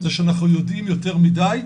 זה שאנחנו יודעים יותר מידי,